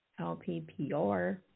LPPR